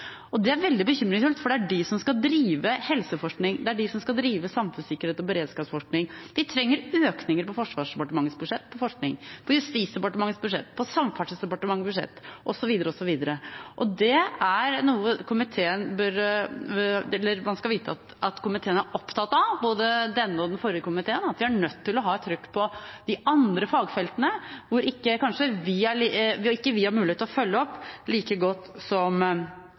forskningen. Det er veldig bekymringsfullt, for det er de som skal drive helseforskning, det er de som skal drive samfunnssikkerhets- og beredskapsforskning. Vi trenger økninger på Forsvarsdepartementets budsjett til forskning, og på Justisdepartementets budsjett, på Samferdselsdepartementets budsjett osv. Det er noe man skal vite at komiteen er opptatt av, både denne og den forrige komiteen – vi er nødt til å ha et trykk på de andre fagfeltene som vi ikke har mulighet til å følge opp like godt som